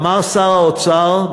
אמר שר האוצר,